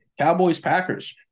Cowboys-Packers